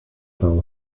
town